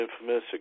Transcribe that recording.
Infamous